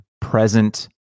present